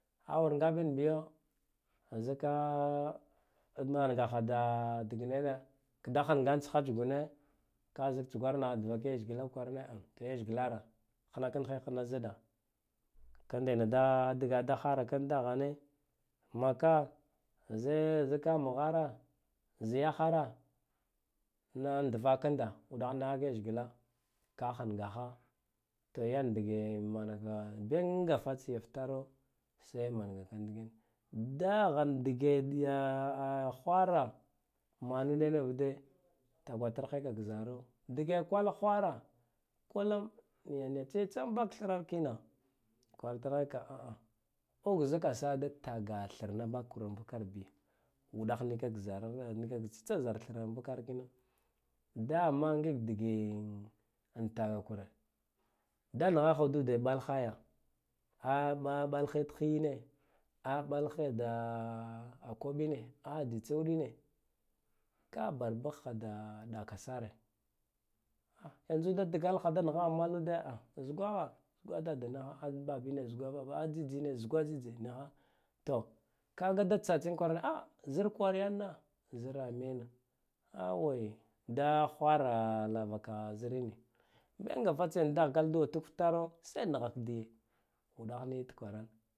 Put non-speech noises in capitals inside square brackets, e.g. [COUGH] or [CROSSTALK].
Awur ngabin biya zika mangakhada dignene kda ghangan tsugune kazik tsugwanaha duaka leshgla kwarane to leshglaro khnakanghe khanad ziɗa kandena da diga da kharkan daghane maka ze zika mghara zi yaghera nduakanda vakregla ka ghangaha to yan dige benga fatsiya ftaro sai mangakanda ndiken dagha dikeyi dya khwara manu yan [UNINTELLIGIBLE] tgwatar hekak zaro dige kwal kwara kulam tsetsa vale kina kwara tarheka uk zika sa da taka kama bakura vakarbi uɗagh nikak zara tsitsa zar hrarin daman ngle dge takakume da naghapha ude mɓal khaya a ɓa-ɓalghaid khiyine a mɓalghal da komine a ditsa udine ka babak ghaɗa daka sare, a zanzu da dgalgha da naghe malude ah zugaha zuga dadaniha ank babine zuga baba a tsitsine zuga tsitse nigho to ka da tsatsin kwaran a zirk waryan ra zra meno a we da kwara lavaka zirine benga fatsiya dagh galin tiwa diftara sai nghakdiye nɗakh nik kwarane.